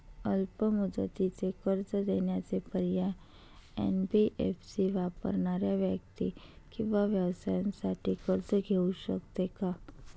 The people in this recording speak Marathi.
अल्प मुदतीचे कर्ज देण्याचे पर्याय, एन.बी.एफ.सी वापरणाऱ्या व्यक्ती किंवा व्यवसायांसाठी कर्ज घेऊ शकते का?